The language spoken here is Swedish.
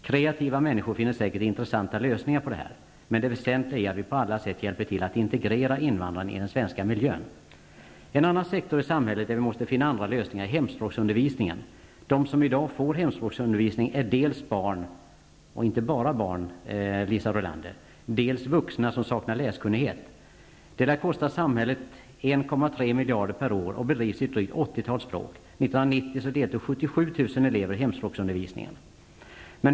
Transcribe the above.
Kreativa människor finner säkert intressanta lösningar. Men det väsentliga är att vi på alla sätt hjälper till att integrera invandrarna i den svenska miljön. En annan sektor i samhället där vi måste finna andra lösningar är hemspråksundervisningen. De som i dag får hemspråksundervisning är barn, men inte bara barn, Liisa Rulander, utan även vuxna som inte är läskunniga. Hemspråksundervisningen lär kosta samhället 1,3 miljarder per år och bedrivs i ett drygt 80-tal språk. År 1990 deltog 77 000 elever i hemspråksundervisningen.